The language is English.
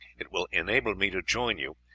it will enable me to join you.